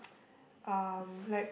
um like